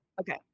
Okay